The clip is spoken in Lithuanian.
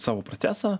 savo procesą